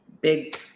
big